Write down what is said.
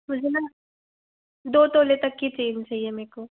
मुझे ना दो तोले तक की चेन चाहिए मेरको